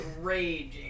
raging